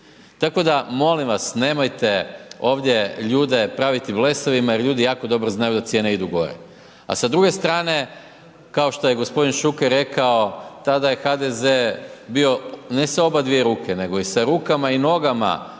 Tako da, molim vas nemojte ovdje ljude praviti blesavima jer ljudi jako dobro znaju da cijene idu gore, a sa druge strane, kao što je g. Šuker rekao, tada je HDZ bio, ne sa obadvije ruke, nego i sa rukama i nogama